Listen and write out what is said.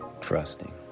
trusting